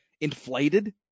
inflated